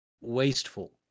wasteful